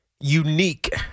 unique